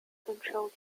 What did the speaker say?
control